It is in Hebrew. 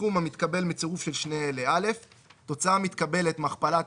הסכום המתקבל מצירוף של שני אלה: (א)התוצאה המתקבלת מהכפלת